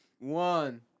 One